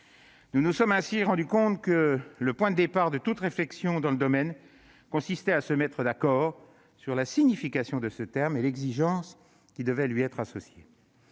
Nous nous sommes ainsi rendu compte que le point de départ de toute réflexion dans le domaine consistait à se mettre d'accord sur la signification de ce terme et sur l'exigence qui devait lui être associée.